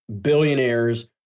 billionaires